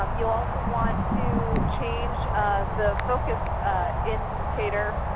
um you also want to change the focus indicator,